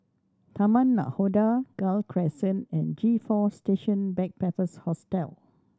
Taman Nakhoda Gul Crescent and G Four Station Backpackers Hostel